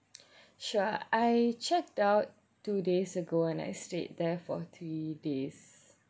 sure I checked out two days ago and I stayed there for three days